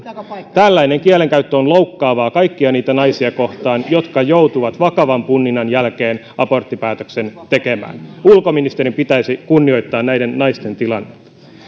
tällainen kielenkäyttö on loukkaavaa kaikkia niitä naisia kohtaan jotka joutuvat vakavan punninnan jälkeen aborttipäätöksen tekemään ulkoministerin pitäisi kunnioittaa näiden naisten tilannetta